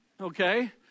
Okay